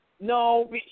No